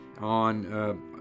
on